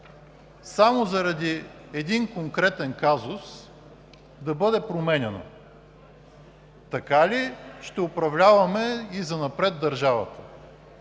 само заради един конкретен казус да бъде променяна? Така ли ще управляваме и занапред държавата?